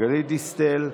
גלית דיסטל אטבריאן,